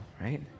right